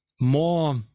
more